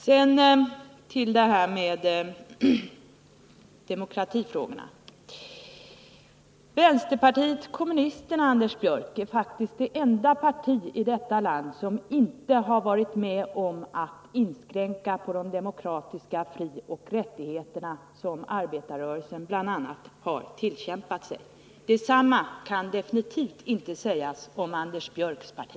Sedan till detta med demokratifrågorna. Vänsterpartiet kommunisterna är faktiskt det enda parti i detta land, Anders Björck, som inte har varit med om att inskränka de demokratiska frioch rättigheter som arbetarrörelsen har tillkämpat sig. Detsamma kan definitivt inte sägas om Anders Björcks parti.